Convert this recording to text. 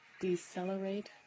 Decelerate